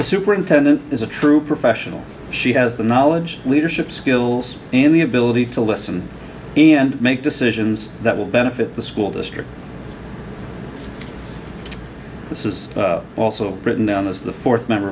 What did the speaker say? the superintendent is a true professional she has the knowledge leadership skills and the ability to listen and make decisions that will benefit the school district this is also written down as the fourth member